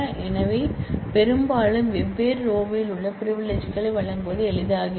எனவே பெரும்பாலும் வெவ்வேறு ரோல் ல் பிரிவிலிஜ்களை வழங்குவது எளிதாகிறது